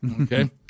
Okay